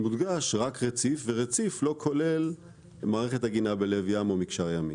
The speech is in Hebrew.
מודגש רק "רציף" וזה לא כולל מערכת עגינה בלב ים או מקשר ימי.